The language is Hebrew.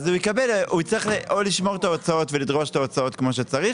אז הוא יצטרך או לשמור את ההוצאות ולדרוש את ההוצאות כמו שצריך.